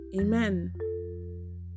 Amen